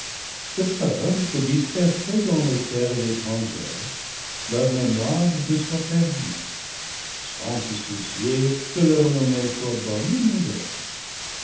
de peur que dispersés dans les terres étrangères leur mémoire ne soit perdue sans se soucier que leur renommée soit bonne ou mauvaise